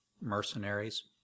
mercenaries